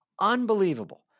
Unbelievable